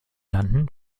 landen